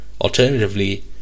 Alternatively